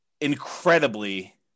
incredibly